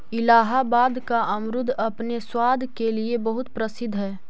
इलाहाबाद का अमरुद अपने स्वाद के लिए बहुत प्रसिद्ध हई